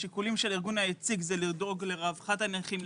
השיקולים של הארגון היציג זה לדאוג לרווחת הנכים,